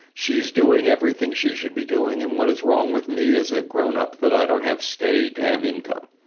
she's doing everything she should be doing, and what is wrong with me as a grown-up, that i don't have steady damn income?